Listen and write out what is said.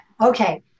Okay